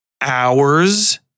hours